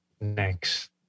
next